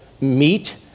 meet